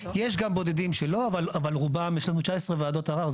יש גם בודדים שלא אבל רובן, יש לנו 19 ועדות ערר.